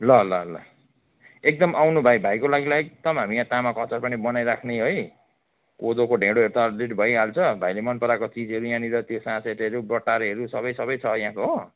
ल ल ल एकदम आउनु भाइ भाइको लागि एकदम हामी यहाँ तामाको अचार पनि बनाइराख्ने है कोदोको ढेडो यता अलरेडी भइहाल्छ भाइले मन पराएको चिजहरू यहाँनिर त्यो ससेटहरू बट्टारेहरू सबै सबै छ यहाँको हो